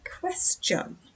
question